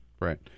Right